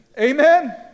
Amen